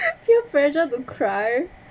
feel pressure to cry